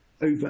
over